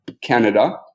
Canada